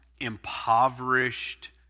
impoverished